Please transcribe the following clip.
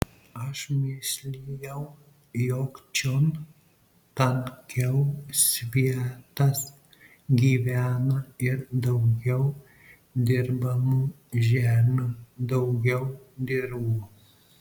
aš mislijau jog čion tankiau svietas gyvena ir daugiau dirbamų žemių daugiau dirvų